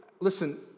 listen